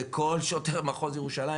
וכל שוטר מחוז ירושלים,